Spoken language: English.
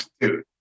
Dude